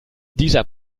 dieser